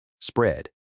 spread